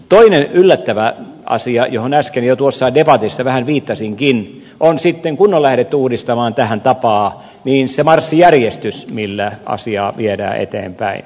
toinen yllättävä asia johon äsken jo tuossa debatissa vähän viittasinkin on sitten kun on lähdetty uudistamaan tähän tapaan se marssijärjestys millä asiaa viedään eteenpäin